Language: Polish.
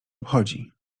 obchodzi